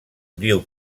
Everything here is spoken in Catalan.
diu